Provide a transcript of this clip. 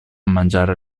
mangiare